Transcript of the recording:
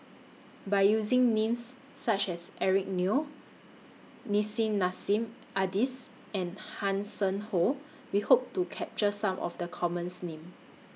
By using Names such as Eric Neo Nissim Nassim Adis and Hanson Ho We Hope to capture Some of The commons name